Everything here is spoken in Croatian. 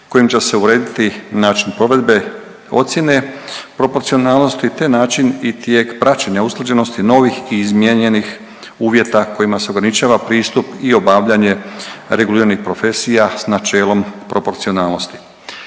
kojim će se urediti način provedbe ocjene proporcionalnosti, te način i tijek praćenja usklađenosti novih i izmijenjenih uvjeta kojima se ograničava pristup i obavljanje reguliranih profesija s načelom proporcionalnosti.